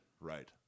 right